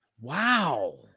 Wow